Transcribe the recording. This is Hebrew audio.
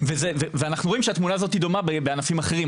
ואנחנו רואים שהתמונה הזאת דומה בענפים אחרים.